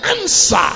answer